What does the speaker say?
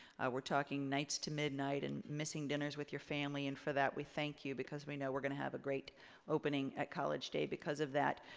we're talking nights to midnight and missing dinners with your family and for that we thank you because we know we're gonna have a great opening at college day because of that.